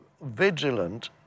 vigilant